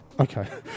Okay